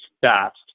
fast